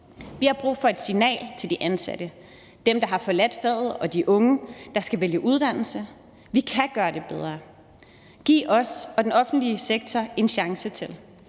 Vi har brug for et signal til de ansatte og til dem, der har forladt faget, og til de unge, der skal vælge uddannelse. Vi kan gøre det bedre. Giv os og den offentlige sektor en chance til.